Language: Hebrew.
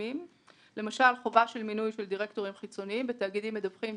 כמו למשל חובה של מינוי של דירקטורים חיצוניים בתאגידים מדווחים,